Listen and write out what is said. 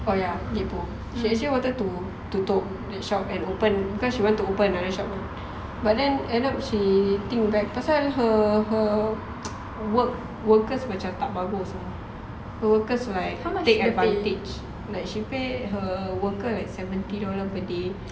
oh ya you actually wanted to tutup the shop and open because she want to open another shop but then end up she think back pasal her her work workers macam tak bagus her workers like take advantage like she pay her worker like seventy dollars per day